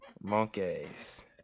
Monkeys